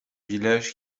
village